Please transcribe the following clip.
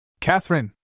Catherine